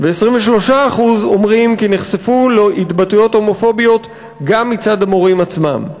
ו-23% אומרים כי נחשפו להתבטאויות הומופוביות גם מצד המורים עצמם.